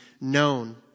known